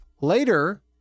later